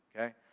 okay